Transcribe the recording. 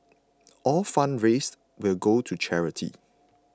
all funds raised will go to charity